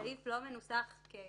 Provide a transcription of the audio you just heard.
הסעיף לא מנוסח כך